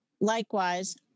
Likewise